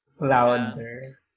Louder